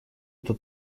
это